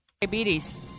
Diabetes